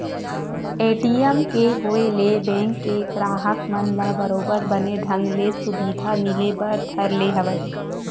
ATM के होय ले बेंक के गराहक मन ल बरोबर बने ढंग ले सुबिधा मिले बर धर ले हवय